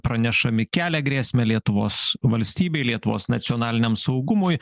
pranešami kelia grėsmę lietuvos valstybei lietuvos nacionaliniam saugumui